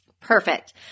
Perfect